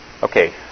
Okay